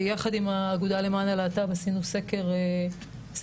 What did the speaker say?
יחד עם האגודה למען הלהט"ב עשינו סקר עמדות.